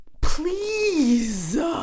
Please